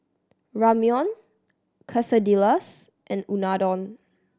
Ramyeon Quesadillas and Unadon